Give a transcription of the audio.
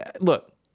look